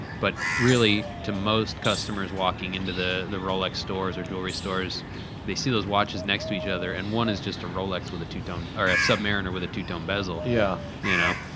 but, really, to most customers walking into the the rolex stores or jewelry stores they see those watches next to each other, and one is just a rolex with a two-tone, or, a submariner with a two-tone bezel. yeah you know?